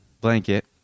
blanket